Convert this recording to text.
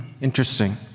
Interesting